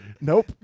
Nope